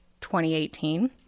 2018